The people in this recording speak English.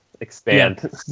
expand